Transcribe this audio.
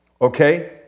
okay